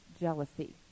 jealousy